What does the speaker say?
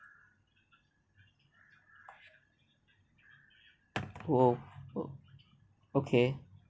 oh okay